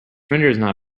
surrender